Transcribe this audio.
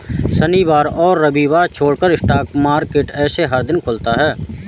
शनिवार और रविवार छोड़ स्टॉक मार्केट ऐसे हर दिन खुलता है